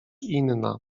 inna